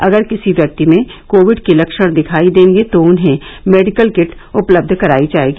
अगर किसी व्यक्ति में कोविड के लक्षण दिखाई देंगे तो उन्हें मेडिकल किट उपलब्य करायी जायेगी